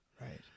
right